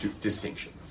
distinction